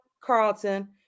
Carlton